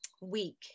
week